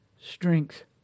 strength